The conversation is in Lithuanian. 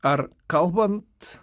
ar kalbant